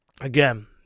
again